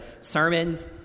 sermons